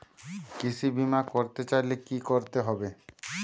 কৃষি বিমা করতে চাইলে কি করতে হবে?